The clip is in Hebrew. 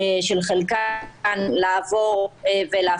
של חלקן,